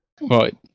Right